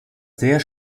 sehr